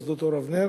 מוסדות "אור אבנר",